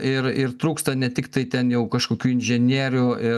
ir ir trūksta ne tiktai ten jau kažkokių inžinierių ir